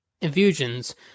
infusions